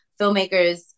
filmmakers